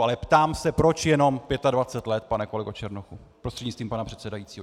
Ale ptám se, proč jenom 25 let, pane kolego Černochu prostřednictvím pana předsedajícího?